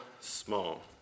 small